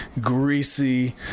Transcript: greasy